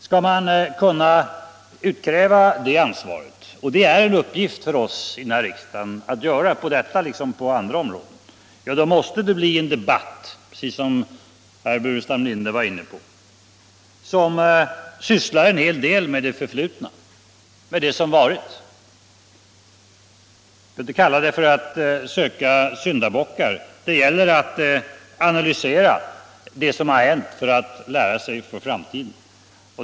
Skall man kunna utkräva det ansvaret, då måste det bli en debatt som — precis som herr Burenstam Linder var inne på — sysslar en hel del med det som har varit. Vi behöver inte kalla det för att söka syndabockar — det gäller att analysera det som har hänt för att lära för framtiden.